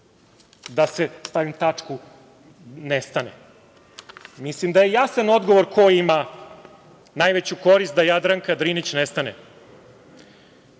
Da stavim tačku – nestane. Mislim da je jasan odgovor ko ima najveću korist da Jadranka Drinić nestane,